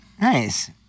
Nice